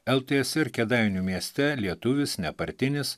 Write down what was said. ltsr kėdainių mieste lietuvis nepartinis